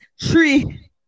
Tree